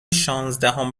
شانزدهم